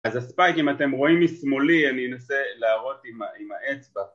אז הספייק אם אתם רואים משמאלי אני אנסה להראות עם האצבע